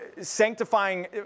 sanctifying